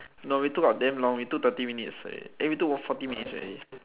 no we took up damn long we took thirty minutes already eh we took forty minutes already